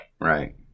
Right